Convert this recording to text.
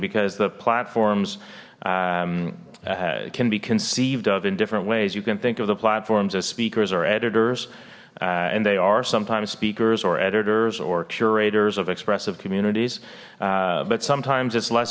because the platforms can be conceived of in different ways you can think of the platforms as speakers or editors and they are sometimes speakers or editors or curators of expressive communities but sometimes it's less